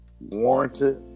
warranted